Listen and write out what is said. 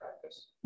practice